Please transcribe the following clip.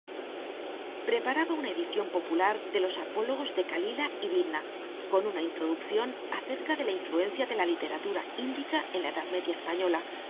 preparaba una edición popular de los apólogos de calila y dimna con una introducción acerca de la influencia de la literatura índica en la edad media española